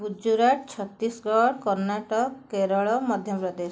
Gujarat Chhattisgarh Karnataka Kerala Madhya Pradesh